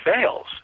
fails